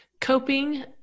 Coping